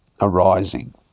arising